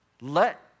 Let